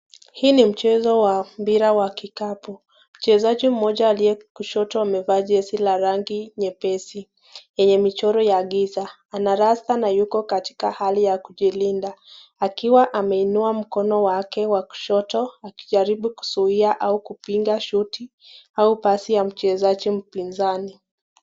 Hii ni mchezo wa mpira wa kikapu, mchezaji mmoja aliye kushoto amevaa jezi la rangi nyepesi yenye michoro ya giza, ana rasta na yuko katika hali ya kujilinda, akiwa ameinua mkono wake wa kushoto akijaribu kuzuia au kupinga shoti au pasi ya mchezaji mpinzani.